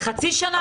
חצי שנה?